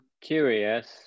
curious